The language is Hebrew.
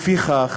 לפיכך